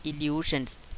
illusions